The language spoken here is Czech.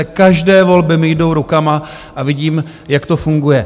Každé volby mi jdou rukama a vidím, jak to funguje.